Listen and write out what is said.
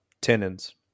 tenons